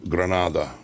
Granada